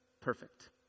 perfect